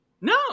no